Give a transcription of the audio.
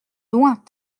loin